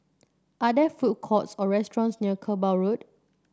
are there food courts or restaurants near Kerbau Road